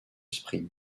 sprint